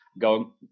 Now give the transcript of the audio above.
go